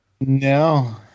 No